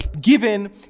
given